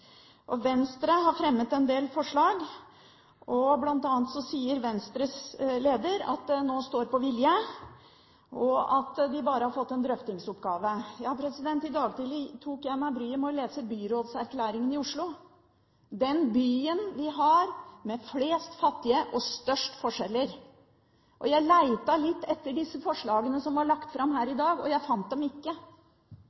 for. Venstre har fremmet en del forslag. Blant annet sier Venstres leder at det nå står på vilje, og at de bare har fått en drøftingsoppgave. I dag tidlig tok jeg meg bryet med å lese byrådserklæringen i Oslo – den byen vi har med flest fattige og størst forskjeller. Jeg lette litt etter disse forslagene som er lagt fram her i